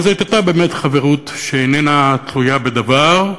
אבל זאת הייתה באמת חברות שאיננה תלויה בדבר,